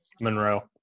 Monroe